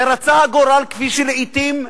ורצה הגורל, כפי שלעתים,